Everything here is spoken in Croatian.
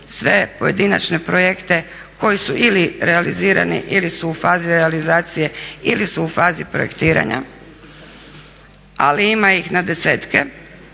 sve pojedinačne projekte koji su ili realizirani ili su u fazi realizacije ili su u fazi projektiranja ali ima ih na desetke.